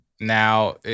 now